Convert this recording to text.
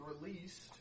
released